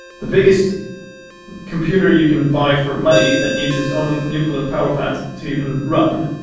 the biggest computer you can buy for money that needs it's own nuclear power plant to even run.